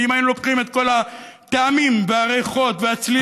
כי אם היינו לוקחים את כל הטעמים והריחות והצלילים